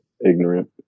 ignorant